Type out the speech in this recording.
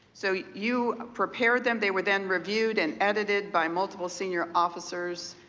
so you prepared them, they were then reviewed and edited by multiple senior officers,